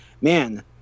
man